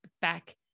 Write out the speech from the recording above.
back